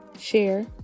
share